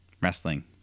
wrestling